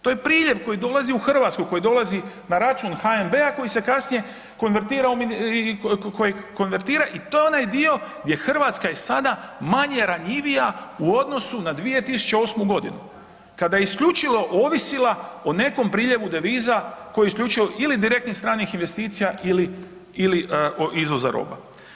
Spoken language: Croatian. To je priljev koji dolazi u Hrvatsku, koji dolazi na račun HNB-a koji se kasnije konvertira i kojeg konvertira i to je onaj dio gdje Hrvatska i sada manje ranjivija u odnosu na 2008. godinu kada je isključivo ovisila o nekom priljevu deviza, koji isključivo, ili direktnih stranih investicija ili izvoza roba.